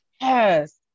Yes